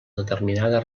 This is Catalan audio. determinada